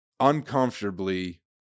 uncomfortably